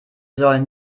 sollen